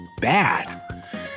bad